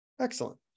Excellent